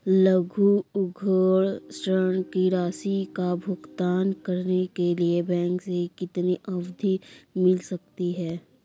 लघु उद्योग ऋण की राशि का भुगतान करने के लिए बैंक से कितनी अवधि मिल सकती है?